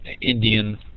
Indian